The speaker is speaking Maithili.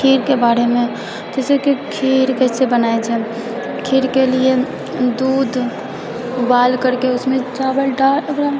खीरके बारेमे जैसे कि खीर कैसे बनाय छै खीरके लिए दूध उबाल करके उसमे चावल डाल ओकरा